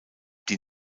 die